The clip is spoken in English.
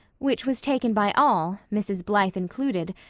which was taken by all, mrs. blythe included,